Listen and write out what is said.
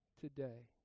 today